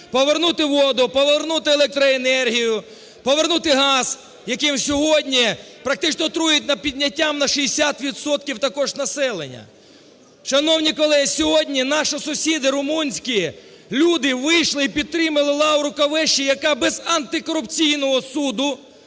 повернути воду, повернути електроенергію, повернути газ, яким сьогодні практично труять, підняттям на 60 відсотків, також населення. Шановні колеги, сьогодні наші сусіди румунські люди вийшли і підтримали Лауру Кевеші, яка без антикорупційного суду